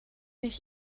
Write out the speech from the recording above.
ich